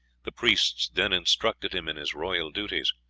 the priests then instructed him in his royal duties.